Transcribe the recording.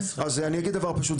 אז אני אגיד דבר פשוט,